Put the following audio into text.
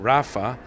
Rafa